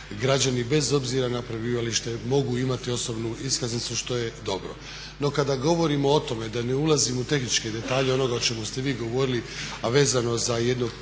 građani bez obzira na prebivalište mogu imati osobnu iskaznicu što je dobro. No kada govorimo o tome da ne ulazimo u tehničke detalje onoga o čemu ste vi govorili a vezano za jedno